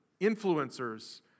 influencers